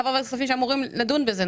אנחנו חברי ועדת הכספים שאמורים לדון בזה.